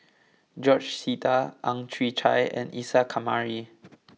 George Sita Ang Chwee Chai and Isa Kamari